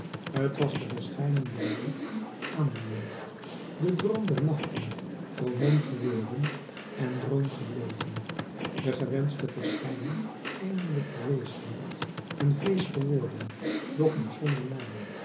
t was de verschijning der jeugd aan de jeugd de droom der nachten roman geworden en droom gebleven de gewenschte verschijning eindelijk verwezenlijkt en vleesch geworden doch nog zonder naam